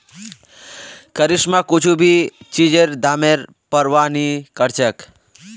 करिश्मा कुछू भी चीजेर दामेर प्रवाह नी करछेक